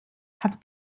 have